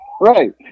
right